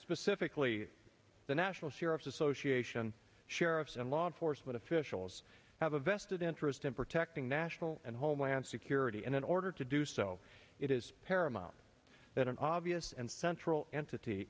specifically the national sheriffs association sheriffs and law enforcement officials have a vested interest in protecting national and homeland security and in order to do so it is paramount that an obvious and central entity